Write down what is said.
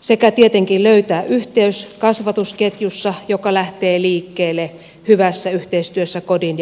sekä tietenkin löytää yhteys kasvatusketjussa joka lähtee liikkeelle hyvässä yhteistyössä kodin ja päiväkodin kanssa